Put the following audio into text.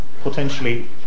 potentially